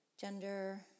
gender